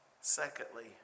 Secondly